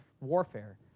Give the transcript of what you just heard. warfare